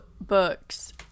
books